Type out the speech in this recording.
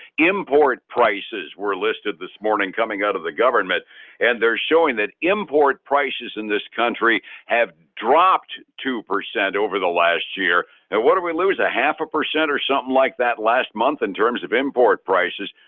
import prices were listed this morning coming out of the government and they're showing that import prices in this country have dropped two percent over the last year, and what do we lose a half a percent or something like that last month in terms of import prices?